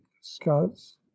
scots